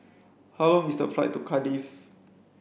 how long is the flight to Cardiff